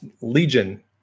legion